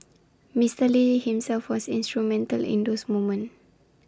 Mister lee himself was instrumental in those moments